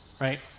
right